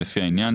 לפי העניין,